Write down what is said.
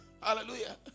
hallelujah